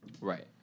Right